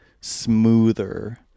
smoother